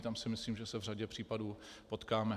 Tam si myslím, že se v řadě případů potkáme.